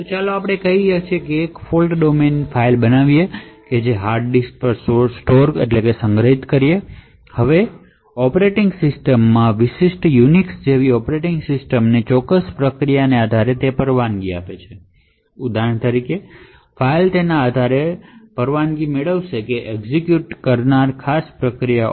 તો ચાલો આપણે કહી શકીએ કે એક ફોલ્ટ ડોમેન ફાઇલ બનાવી છે જે હાર્ડ ડિસ્ક પર સંગ્રહિત છે હવે ઑપરેટિંગ સિસ્ટમ યુનિક્સ જેવી ઑપરેટિંગ સિસ્ટમ તે પ્રોસેસના આધારે પરવાનગી આપે છે ઉદાહરણ તરીકે ફાઇલ તેના આધારે મંજૂરીઓ મેળવશે એક્ઝિક્યુટ કરનારી પ્રોસેસ કઈ છે